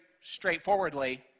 straightforwardly